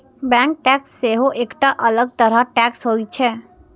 bank tax सेहो एकटा अलग तरह टैक्स होइ छै